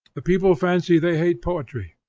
the people fancy they hate poetry,